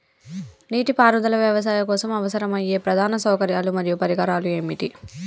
నీటిపారుదల వ్యవసాయం కోసం అవసరమయ్యే ప్రధాన సౌకర్యాలు మరియు పరికరాలు ఏమిటి?